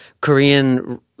Korean